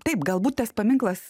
taip galbūt tas paminklas